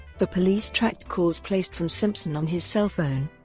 the police tracked calls placed from simpson on his cell phone.